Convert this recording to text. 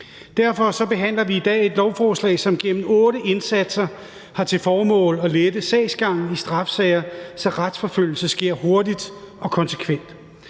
Derfor behandler vi i dag et lovforslag, som gennem otte indsatser har til formål at lette sagsgangen i straffesager, så retsforfølgelse sker hurtigt og konsekvent.